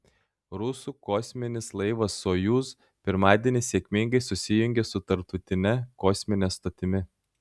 rusų kosminis laivas sojuz pirmadienį sėkmingai susijungė su tarptautine kosmine stotimi